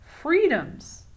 freedoms